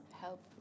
help